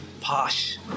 posh